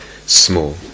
small